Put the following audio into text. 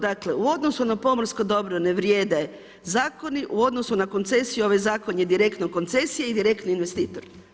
Dakle, u odnosu na pomorsko dobro ne vrijede zakoni, u odnosu na koncesiju ovaj Zakon je direktno koncesija i direktno investitor.